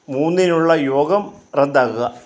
മൂന്നിനുള്ള യോഗം റദ്ദാക്കുക